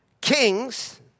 kings